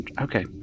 okay